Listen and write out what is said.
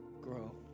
grow